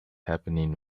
happening